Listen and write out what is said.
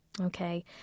Okay